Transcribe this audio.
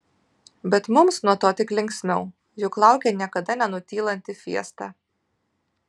bet mums nuo to tik linksmiau juk laukia niekada nenutylanti fiesta